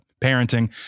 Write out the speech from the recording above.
parenting